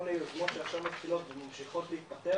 היוזמות שעכשיו מתחילות וממשיכות להתפתח